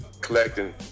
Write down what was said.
collecting